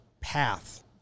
path